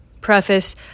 Preface